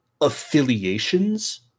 affiliations